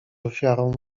ofiarą